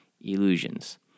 illusions